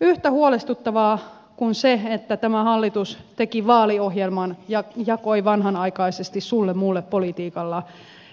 yhtä huolestuttavaa on se että tämä hallitus teki vaaliohjelman ja jakoi vanhanaikaisesti sullemulle politiikalla